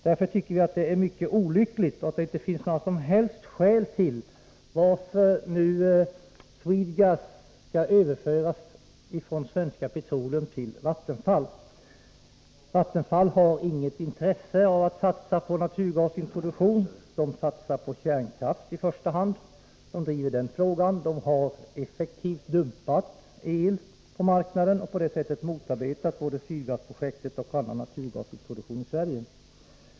Därför tycker vi att det är mycket olyckligt att det inte har redovisats några som helst skäl till varför Swedegas skall överföras från Svenska Petroleum till Vattenfall. Vattenfall har inget intresse av att satsa på naturgasintroduktion. Där satsar man på kärnkraft i första hand och driver den frågan. Vattenfall har effektivt dumpat elpriserna på marknaden och på det sättet motarbetat både Sydgasprojektet och annan naturgasintroduktion i Sverige.